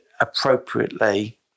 appropriately